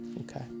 okay